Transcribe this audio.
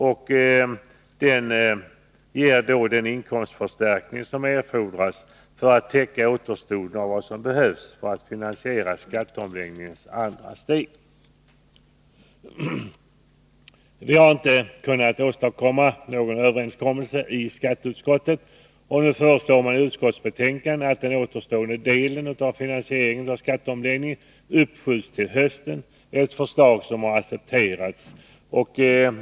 Detta skulle ge den inkomstförstärkning som erfordras för att täcka återstoden av vad som behövs för att finansiera skatteomläggningens andra steg. Vi har inte kunnat åstadkomma någon överenskommelse i skatteutskottet. Nu föreslås i skatteutskottets betänkande att den återstående delen av finansieringen av skatteomläggningen uppskjuts till hösten. Detta förslag har accepterats av centern.